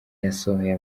yasohoye